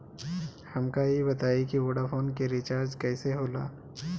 हमका ई बताई कि वोडाफोन के रिचार्ज कईसे होला?